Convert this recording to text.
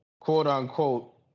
quote-unquote